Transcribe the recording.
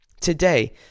today